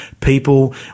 people